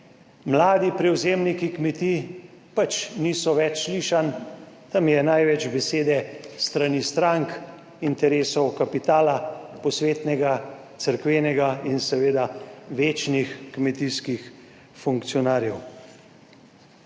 Mladi prevzemniki kmetij pač niso več slišan, tam je največ besede s strani strank, interesov, kapitala, posvetnega, cerkvenega in seveda večnih kmetijskih funkcionarjev.